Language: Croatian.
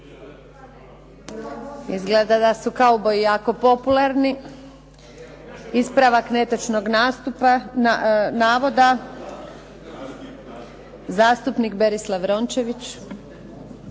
Izgleda da su kauboji jako popularni. Ispravak netočnog navoda, zastupnik Berislav Rončević.